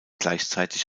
gleichzeitig